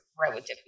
relatively